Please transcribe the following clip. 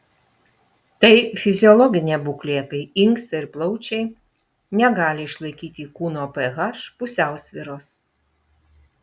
tai fiziologinė būklė kai inkstai ir plaučiai negali išlaikyti kūno ph pusiausvyros